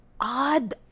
odd